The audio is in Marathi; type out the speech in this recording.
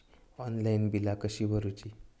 ऑनलाइन बिला कशी भरूची?